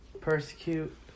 Persecute